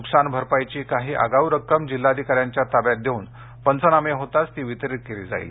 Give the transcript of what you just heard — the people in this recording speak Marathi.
नुकसान भरपाईची काही आगाऊ रक्कम जिल्हाधिकाऱ्यांच्या ताब्यात देऊन पंचनामे होताच ती वितरित केली जाईल